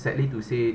sadly to say